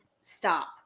stop